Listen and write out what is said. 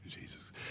Jesus